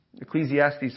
Ecclesiastes